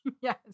Yes